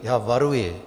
Já varuji.